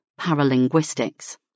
paralinguistics